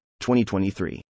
2023